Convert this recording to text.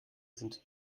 sind